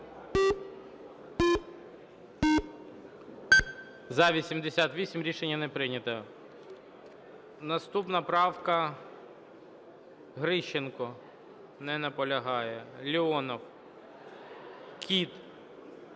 За-88 Рішення не прийнято. Наступна правка - Грищенко. Не наполягає. Леонов. Кіт.